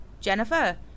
Jennifer